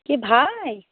কে ভাই